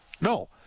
no